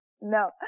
No